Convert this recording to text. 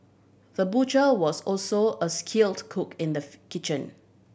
the butcher was also a skilled cook in the kitchen